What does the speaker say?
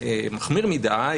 מחמיר מדי,